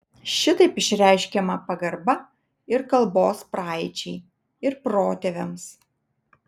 šitaip išreiškiama pagarba ir kalbos praeičiai ir protėviams